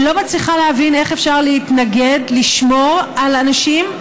אני לא מצליחה להבין איך אפשר להתנגד לשמור על אנשים,